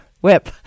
whip